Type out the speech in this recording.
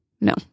No